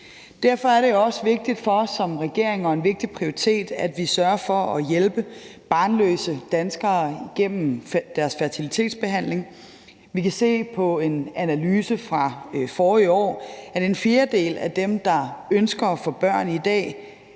Derfor er det også vigtigt for os som regering og en vigtig prioritet, at vi sørger for at hjælpe barnløse danskere igennem deres fertilitetsbehandling. Vi kan se på en analyse fra forrige år, at en fjerdedel af dem, der ønsker at få børn i dag,